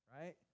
Right